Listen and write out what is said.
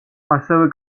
ასევე